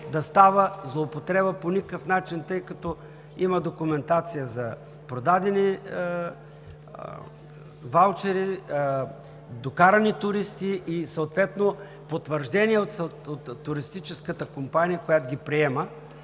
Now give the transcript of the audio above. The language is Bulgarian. да става злоупотреба по никакъв начин, тъй като има документация за продадени ваучери, докарани туристи и съответно потвърждение от туристическата компания, която ги приема,